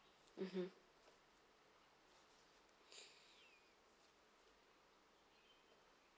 mmhmm